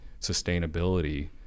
sustainability